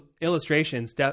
illustrations